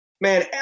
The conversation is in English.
man